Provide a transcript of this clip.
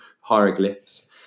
hieroglyphs